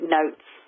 notes